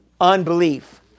unbelief